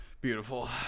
Beautiful